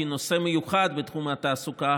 כנושא מיוחד בתחום התעסוקה,